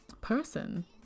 person